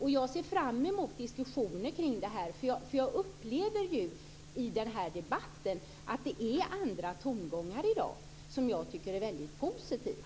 Jag ser fram emot diskussioner kring detta. Jag upplever i denna debatt att det är andra tongångar i dag, som jag tycker är väldigt positiva.